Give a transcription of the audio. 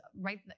right